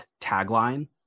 tagline